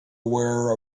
aware